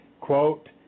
quote